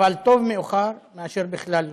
אבל טוב מאוחר מאשר בכלל לא,